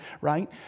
right